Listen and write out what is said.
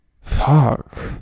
fuck